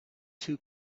two